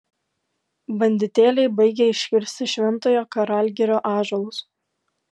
banditėliai baigia iškirsti šventojo karalgirio ąžuolus